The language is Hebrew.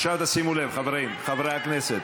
עכשיו, שימו לב, חברים, חברי הכנסת,